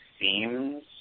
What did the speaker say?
seems